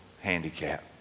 handicap